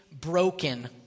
broken